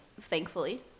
thankfully